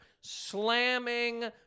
slamming